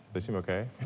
they seem okay.